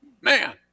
man